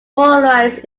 polarized